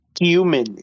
human